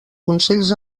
consells